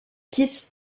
keith